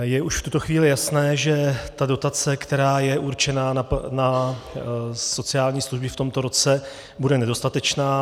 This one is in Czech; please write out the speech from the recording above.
Je už v tuto chvíli jasné, že dotace, která je určena na sociální služby v tomto roce, bude nedostatečná.